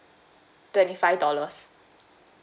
twenty five dollars